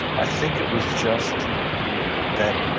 i think it was just that